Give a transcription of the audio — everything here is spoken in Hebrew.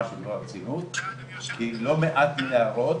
כי לא מעט מההערות